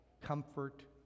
comfort